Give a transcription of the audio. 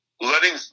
letting